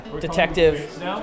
Detective